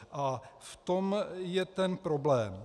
A v tom je ten problém.